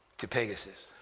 to pegasus.